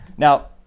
Now